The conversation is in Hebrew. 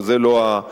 אבל זה לא הנושא.